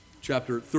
chapter